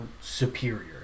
superior